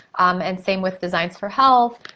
um and same with designs for health,